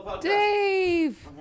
Dave